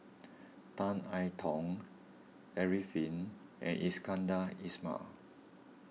Tan I Tong Arifin and Iskandar Ismail